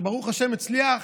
שברוך השם הצליח